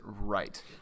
right